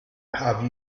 have